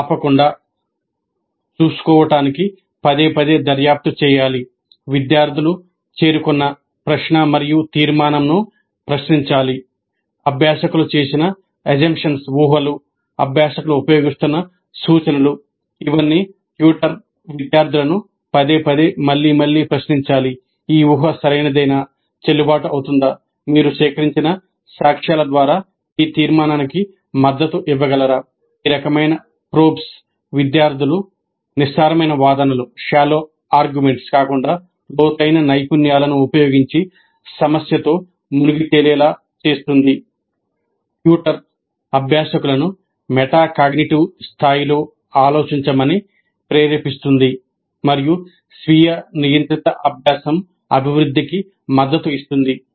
కాకుండా లోతైన నైపుణ్యాలను ఉపయోగించి సమస్యతో మునిగి తేలేలా చేస్తుంది